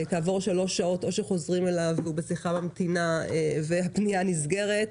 כעבור שלוש שעות או שחוזרים אליו והוא בשיחה ממתינה והפנייה נסגרת,